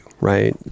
right